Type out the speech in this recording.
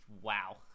Wow